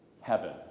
heaven